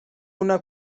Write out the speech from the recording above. una